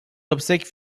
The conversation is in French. obsèques